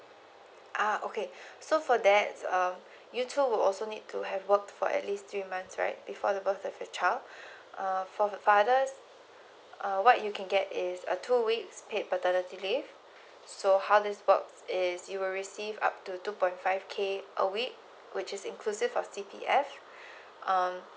ah okay so for that um you too also need to have work for at least three months right before the birth of the child uh for the father what you can get is a two week paid paternity leave so how this works is you will receive up to two point five K a week which is inclusive of C_P_F um